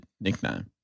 nickname